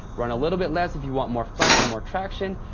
run a little bit less if you want more flex and more traction,